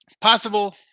Possible